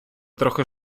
трохи